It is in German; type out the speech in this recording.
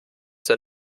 sind